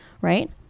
right